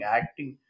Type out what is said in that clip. acting